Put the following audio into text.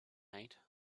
night